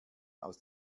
aus